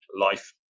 life